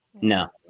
no